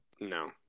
No